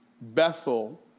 Bethel